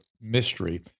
mystery